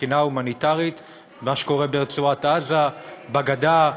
מבחינה הומניטרית, מה שקורה ברצועת-עזה, בגדה,